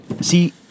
See